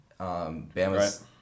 Bama's